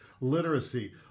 literacy